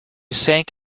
sank